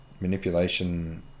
manipulation